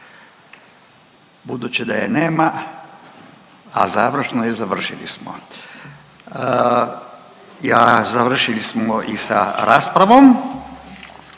Budući da je nema, a završno je završili smo. Završili smo i sa raspravom.